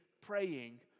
praying